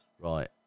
right